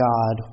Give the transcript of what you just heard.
God